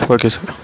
okay sir